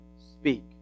speak